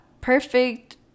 perfect